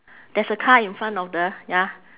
there's a car in front of the ya